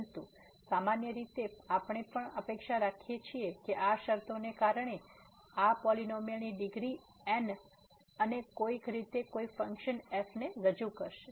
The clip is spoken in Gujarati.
પરંતુ સામાન્ય રીતે આપણે પણ અપેક્ષા રાખીએ છીએ કે આ શરતોને કારણે કે આ પોલીનોમીઅલ ની ડિગ્રી n અને કોઈક રીતે કોઈક ફંક્શન f ને રજૂ કરશે